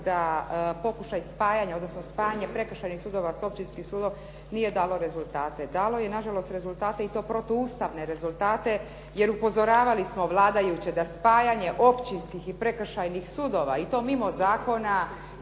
da pokušaj spajanja, odnosno spajanje prekršajnih sudova s općinskih sudova nije dalo rezultate. Dalo je nažalost rezultate i to protuustavne rezultate jer upozoravali smo vladajuće da spajanje općinskih i prekršajnih sudova i to mimo zakona